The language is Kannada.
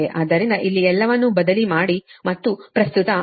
ಆದ್ದರಿಂದ ಇಲ್ಲಿ ಎಲ್ಲವನ್ನೂ ಬದಲಿ ಮಾಡಿ ಮತ್ತು ಪ್ರಸ್ತುತ 551